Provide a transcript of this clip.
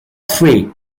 three